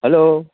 hello